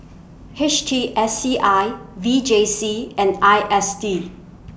H T S C I V J C and I S D